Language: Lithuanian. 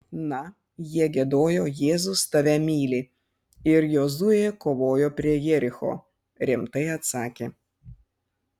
na jie giedojo jėzus tave myli ir jozuė kovojo prie jericho rimtai atsakė